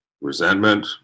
resentment